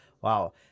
Wow